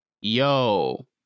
Yo